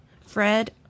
Fred